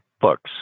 Books